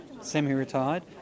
semi-retired